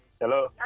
Hello